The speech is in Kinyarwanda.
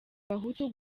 abahutu